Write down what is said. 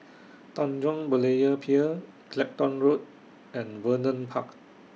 Tanjong Berlayer Pier Clacton Road and Vernon Park